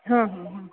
हां हां हां